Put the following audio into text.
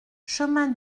chemin